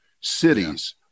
cities